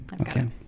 okay